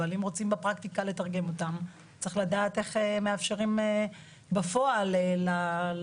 אבל אם רוצים בפרקטיקה לתרגם אותן צריך לדעת איך מאפשרים בפועל לציבור